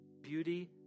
beauty